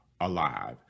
alive